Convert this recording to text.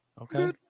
Okay